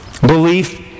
Belief